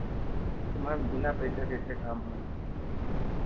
तो मैम बिना पैसा कैसे काम होई